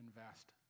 invest